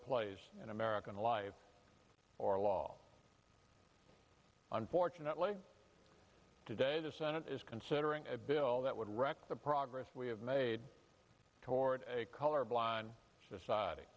place in american life or law unfortunately today the senate is considering a bill that would wreck the progress we have made toward a colorblind society